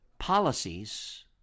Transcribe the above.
policies